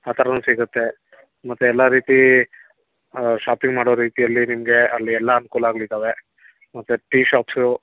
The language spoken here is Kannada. ಆ ಥರನು ಸಿಗುತ್ತೆ ಮತ್ತೆ ಎಲ್ಲ ರೀತಿ ಶಾಪ್ಪಿಂಗ್ ಮಾಡೋ ರೀತಿಯಲ್ಲಿ ನಿಮಗೆ ಅಲ್ಲಿ ಎಲ್ಲ ಅನ್ಕೂಲಗ್ಳಿದಾವೆ ಮತ್ತು ಟೀ ಶಾಪ್ಸು